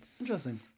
interesting